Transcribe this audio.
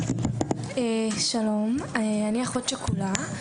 שלום, אני אחות שכולה.